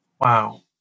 Wow